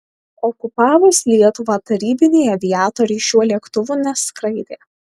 okupavus lietuvą tarybiniai aviatoriai šiuo lėktuvu neskraidė